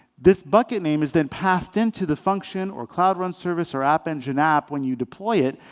this bucket name is then passed into the function, or cloud run service, or app engine app when you deploy it,